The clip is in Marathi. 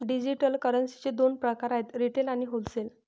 डिजिटल करन्सीचे दोन प्रकार आहेत रिटेल आणि होलसेल